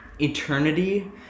eternity